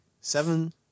Seven